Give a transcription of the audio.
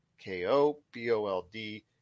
K-O-B-O-L-D